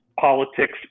politics